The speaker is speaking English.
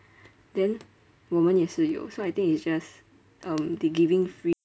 then 我们也是有 so I think it's just um they giving free